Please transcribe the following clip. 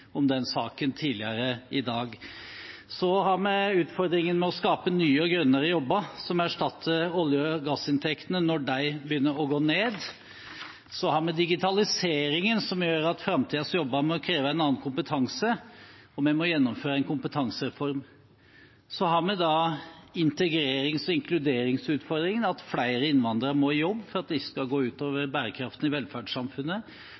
om den saken tidligere i dag. Vi har utfordringen med å skape nye og grønnere jobber, som skal erstatte olje- og gassinntektene når de begynner å gå ned. Vi har digitaliseringen, som gjør at framtidens jobber krever en annen kompetanse, og vi må gjennomføre en kompetansereform. Vi har også integrerings- og inkluderingsutfordringen, at flere innvandrere må i jobb for at det ikke skal gå